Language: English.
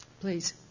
Please